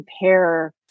compare